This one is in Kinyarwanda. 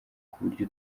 kuburyo